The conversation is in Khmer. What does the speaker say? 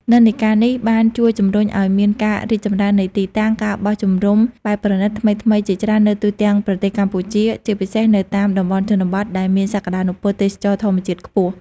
និន្នាការនេះបានជួយជំរុញឲ្យមានការរីកចម្រើននៃទីតាំង ការបោះជំរំបែបប្រណីត ថ្មីៗជាច្រើននៅទូទាំងប្រទេសកម្ពុជា ជាពិសេសនៅតាមតំបន់ជនបទ ដែលមានសក្តានុពលទេសចរណ៍ធម្មជាតិខ្ពស់។